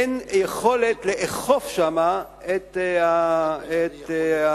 אין יכולת לאכוף שם את החוק.